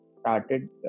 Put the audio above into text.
started